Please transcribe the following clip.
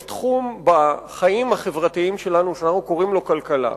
יש תחום בחיים החברתיים שלנו שאנחנו קוראים לו כלכלה,